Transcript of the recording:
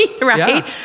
Right